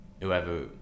whoever